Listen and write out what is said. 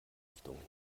richtungen